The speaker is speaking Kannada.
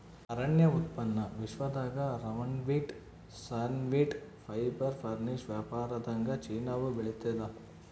ಅರಣ್ಯ ಉತ್ಪನ್ನ ವಿಶ್ವದಾಗ ರೌಂಡ್ವುಡ್ ಸಾನ್ವುಡ್ ಫೈಬರ್ ಫರ್ನಿಶ್ ವ್ಯಾಪಾರದಾಗಚೀನಾವು ಬೆಳಿತಾದ